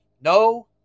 No